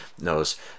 knows